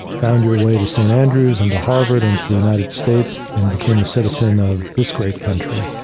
found your way to st. andrews and to harvard into the united states and became a citizen of this great country.